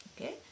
Okay